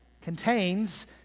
contains